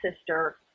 sister